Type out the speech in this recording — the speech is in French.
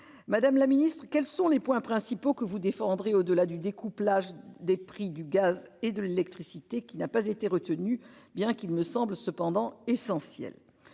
Madame la Ministre quels sont les points principaux que vous défendrez au delà du découplage des prix du gaz et de l'électricité qui n'a pas été retenu. Bien qu'il me semble cependant essentiel